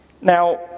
Now